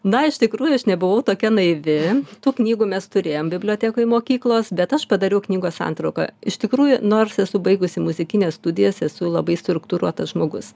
na iš tikrųjų aš nebuvau tokia naivi tų knygų mes turėjom bibliotekoj mokyklos bet aš padariau knygos santrauką iš tikrųjų nors esu baigusi muzikines studijas esu labai struktūruotas žmogus